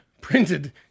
printed